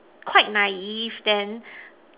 quite naive then